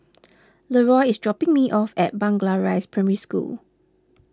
Leroy is dropping me off at Blangah Rise Primary School